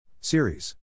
Series